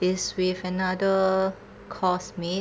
it's with another coursemate